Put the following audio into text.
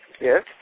Yes